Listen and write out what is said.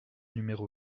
numéro